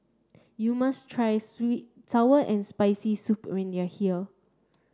you must try sour and spicy soup when you are here